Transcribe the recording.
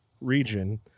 region